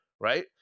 right